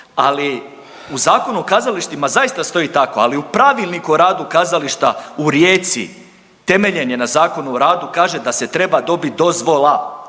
ali u Zakonu o kazalištima zaista stoji tako, ali u pravilniku o radu kazališta u Rijeci, temeljen je na Zakonu o radu kaže da se treba dobiti dozvola,